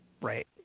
Right